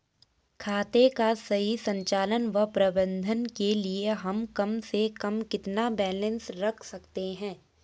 खाते का सही संचालन व प्रबंधन के लिए हम कम से कम कितना बैलेंस रख सकते हैं?